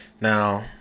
now